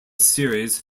series